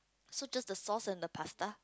so just the sauce and the pasta